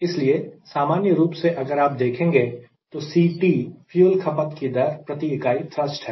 इसलिए सामान्य रूप से अगर आप देखेंगे तो Ct फ्यूल खपत की दर प्रति इकाई थ्रस्ट है